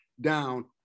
down